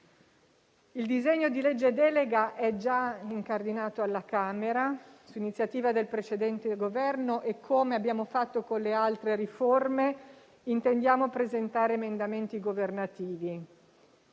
Il disegno di legge delega è già incardinato alla Camera, su iniziativa del precedente Governo, e come abbiamo fatto con le altre riforme intendiamo presentare emendamenti governativi.